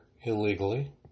illegally